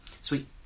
Sweet